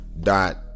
dot